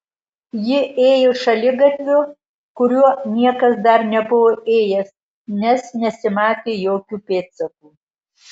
ji ėjo šaligatviu kuriuo niekas dar nebuvo ėjęs nes nesimatė jokių pėdsakų